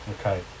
Okay